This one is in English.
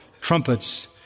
trumpets